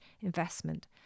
investment